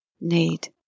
need